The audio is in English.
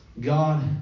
God